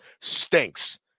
stinks